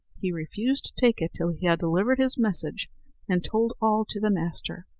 he refused to take it till he had delivered his message and told all to the master.